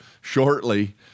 shortly